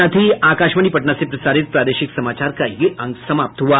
इसके साथ ही आकाशवाणी पटना से प्रसारित प्रादेशिक समाचार का ये अंक समाप्त हुआ